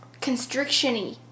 constriction-y